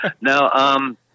No